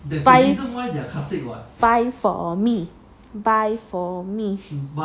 buy buy for me buy for me